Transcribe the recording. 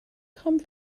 come